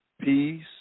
peace